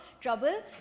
trouble